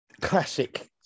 classic